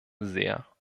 sehr